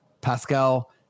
Pascal